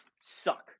suck